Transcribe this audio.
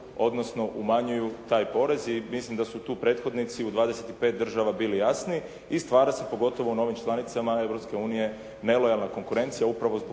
odnosno umanjuju taj porez i mislim da su tu prethodnici u 25 država bili jasni i stvara se, pogotovo u novim članicama Europske unije, nelojalna konkurencija upravo zbog